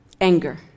Anger